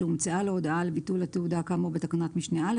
שהומצאה לו הודעה על ביטול התעודה כאמור בתקנת משנה (א),